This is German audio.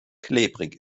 klebrig